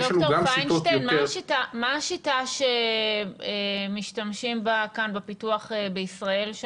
מה השיטה שמשתמשים כאן בפיתוח בישראל?